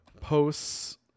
posts